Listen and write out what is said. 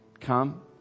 come